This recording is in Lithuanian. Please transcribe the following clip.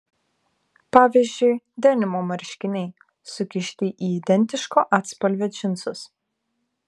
pavyzdžiui denimo marškiniai sukišti į identiško atspalvio džinsus